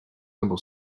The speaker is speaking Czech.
nebo